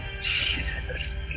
Jesus